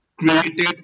Created